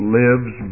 lives